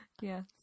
Yes